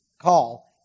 call